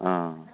अ